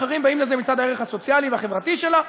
אחרים באים לזה מצד הערך הסוציאלי והחברתי שלה,